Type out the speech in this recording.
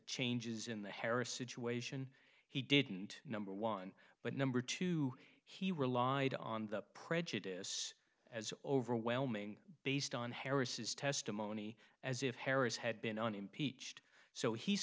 changes in the harris situation he didn't number one but number two he relied on the prejudice as overwhelming based on harris's testimony as if harris had been an impeached so he